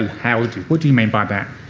l, houses. what do you mean by that?